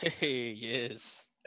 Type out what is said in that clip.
Yes